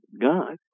God